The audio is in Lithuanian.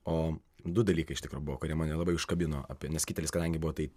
o du dalykai iš tikro buvo kurie mane labai užkabino apie nes kitelis kadangi buvo tai